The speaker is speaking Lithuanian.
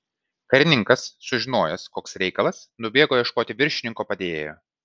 karininkas sužinojęs koks reikalas nubėgo ieškoti viršininko padėjėjo